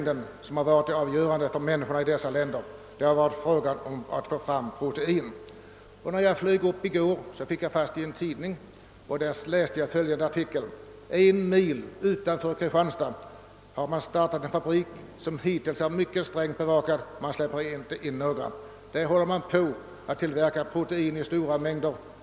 Det avgörande för människorna i dessa länder har kanske inte varit kalorimängden utan proteinmängden. När jag i går flög upp till Stockholm läste jag i en tidningsartikel, att man en mil utanför Kristianstad har startat en fabrik, som hittills har varit mycket strängt bevakad — några utomstående har inte släppts in — för tillverkning av protein i stora mängder.